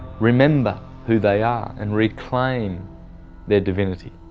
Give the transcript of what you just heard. remember who they are and reclaim their divinity.